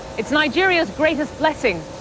it's nigeria's greatest blessing,